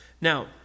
Now